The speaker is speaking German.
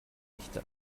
dichte